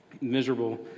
miserable